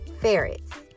ferrets